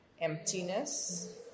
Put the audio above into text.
emptiness